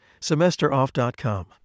Semesteroff.com